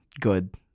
good